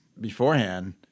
beforehand